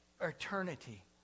eternity